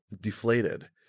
deflated